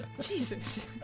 Jesus